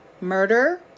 Murder